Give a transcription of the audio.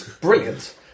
Brilliant